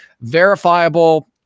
verifiable